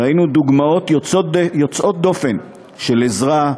ראינו דוגמאות יוצאות דופן של עזרה,